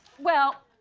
well,